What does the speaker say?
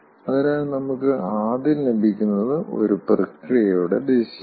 അതിനാൽ നമുക്ക് ആദ്യം ലഭിക്കുന്നത് ഒരു പ്രക്രിയയുടെ ദിശയാണ്